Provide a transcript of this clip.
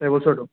এবছৰটো